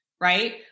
right